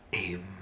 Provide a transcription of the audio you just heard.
Amen